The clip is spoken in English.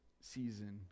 season